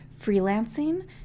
freelancing